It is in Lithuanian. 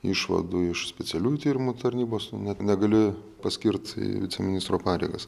išvadų iš specialiųjų tyrimų tarnybos net negali paskirti į viceministro pareigas